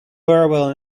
burwell